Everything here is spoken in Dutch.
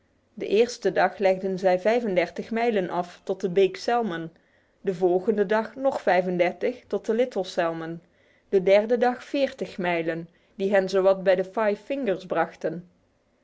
de eerste dag legden zij vijf en dertig mijlen af tot de big salmon de volgende dag nog vijf en dertig tot de little salmon de derde dag veertig mijlen die hen zowat bij de five fingers brachten